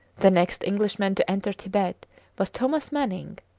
the next englishman to enter tibet was thomas manning,